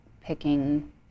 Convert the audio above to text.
picking